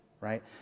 right